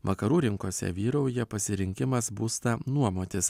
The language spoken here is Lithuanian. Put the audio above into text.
vakarų rinkose vyrauja pasirinkimas būstą nuomotis